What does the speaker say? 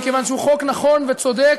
וכיוון שהוא חוק נכון וצודק,